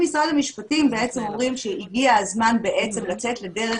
משרד המשפטים בעצם אומרים שהגיע הזמן לצאת לדרך